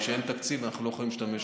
וכשאין תקציב אנחנו לא יכולים להשתמש,